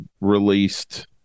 released